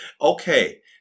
okay